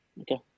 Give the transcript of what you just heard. Okay